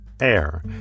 air